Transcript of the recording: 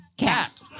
Cat